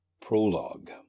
PROLOGUE